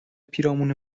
پیرامون